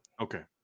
Okay